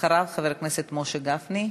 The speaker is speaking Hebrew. אחריו, חבר הכנסת משה גפני.